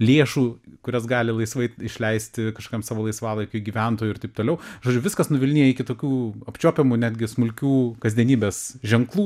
lėšų kurias gali laisvai išleisti kažkokiam savo laisvalaikiui gyventojų ir taip toliau žodžiu viskas nuvilnija iki tokių apčiuopiamų netgi smulkių kasdienybės ženklų